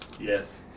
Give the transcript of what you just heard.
Yes